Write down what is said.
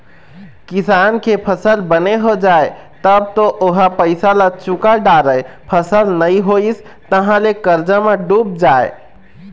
किसान के फसल बने हो जाए तब तो ओ ह पइसा ल चूका डारय, फसल नइ होइस तहाँ ले करजा म डूब जाए